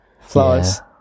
flowers